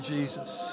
Jesus